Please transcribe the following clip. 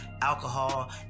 alcohol